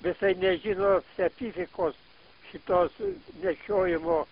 visai nežino specifikos šitos nešiojimo